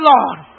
Lord